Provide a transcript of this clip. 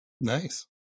nice